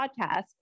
podcast